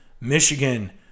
Michigan